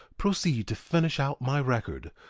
proceed to finish out my record,